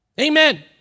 Amen